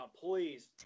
please